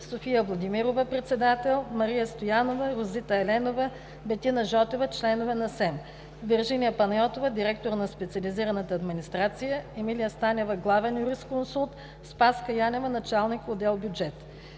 София Владимирова – председател, Мария Стоянова, Розита Еленова, Бетина Жотева – членове на СЕМ; Виржиния Панайотова – директор „Специализирана администрация”; Емилия Станева – главен юрисконсулт; Спаска Янева – началник отдел „Бюджет